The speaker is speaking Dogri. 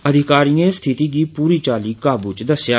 अफसरे स्थिति गी पूरी चाल्ली काबू च दस्सेआ